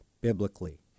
biblically